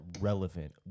relevant